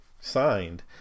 signed